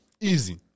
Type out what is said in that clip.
Easy